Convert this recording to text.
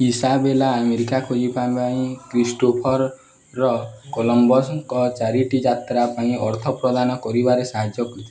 Isabella America ଖୋଜିବା ପାଇଁ କ୍ରିଷ୍ଟୋଫରର କଲମ୍ବସ୍ଙ୍କ ଚାରିଟି ଯାତ୍ରା ପାଇଁ ଅର୍ଥ ପ୍ରଦାନ କରିବାରେ ସାହାଯ୍ୟ କରିଥିଲେ